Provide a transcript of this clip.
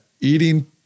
eating